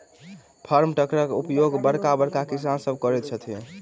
farm ट्रकक उपयोग बड़का बड़का किसान सभ करैत छथि